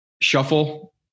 shuffle